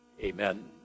Amen